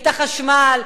את החשמל,